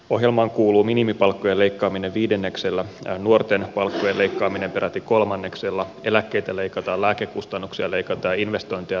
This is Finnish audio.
ohjelmaan kuuluu minimipalkkojen leikkaaminen viidenneksellä nuorten palkkojen leikkaaminen peräti kolmanneksella eläkkeitä leikataan lääkekustannuksia leikataan investointeja leikataan